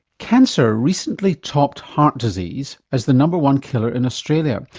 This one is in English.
cancer recently topped heart disease as the number one killer in australia,